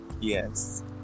Yes